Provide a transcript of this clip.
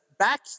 Back